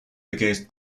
against